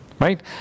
Right